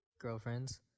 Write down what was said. girlfriends